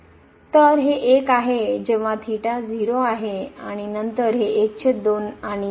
तर हे 1 आहे जेंव्हा 0 आहे आणि नंतर हे आहे आणि 1 आहे